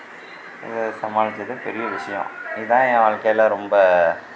இதை சமாளித்தது பெரிய விஷயோம் இதுதான் என் வாழ்க்கையில ரொம்ப